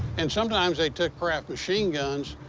and sometimes they took craft machine guns,